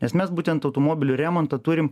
nes mes būtent automobilių remonto turim